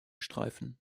streifen